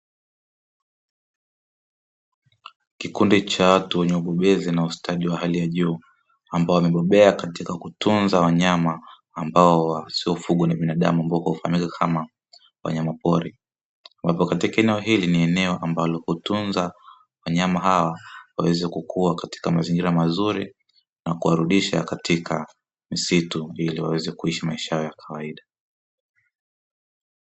Kikundi cha watu wenye ubobezi na ustadi wa hali ya juu, ambao wamebobea katika kutunza wanyama ambao wasiofugwa na binadamu, ambapo hufahamika kama wanyama pori, wapo katika eneo hili ni eneo ambalo hutunza wanyama hawa waweze kukua katika mazingira mazuri na kuwarudisha katika misitu ili waweze kuishi maisha yao ya kawaida.